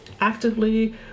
actively